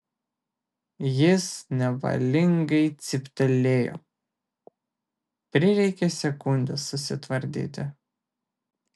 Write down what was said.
jis nevalingai cyptelėjo prireikė sekundės susitvardyti